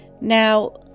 Now